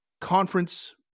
conference